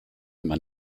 man